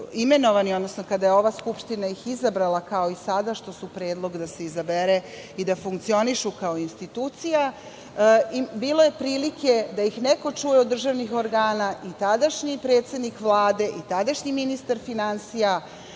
godine kada je ova Skupština izabrala, kao sada što je predlog da se izabere i da funkcionišu kao institucija, bilo je prilike da ih neko čuje od državnih organa. Tadašnji predsednik Vlade i tadašnji ministar finansija